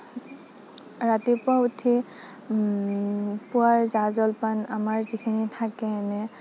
ৰাতিপুৱা উঠি পুৱাৰ জা জলপান আমাৰ যিখিনি থাকে এনেই